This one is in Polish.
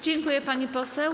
Dziękuję, pani poseł.